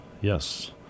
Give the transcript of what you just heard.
Yes